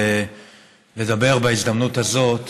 ולדבר בהזדמנות הזאת,